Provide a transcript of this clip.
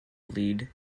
lead